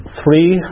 three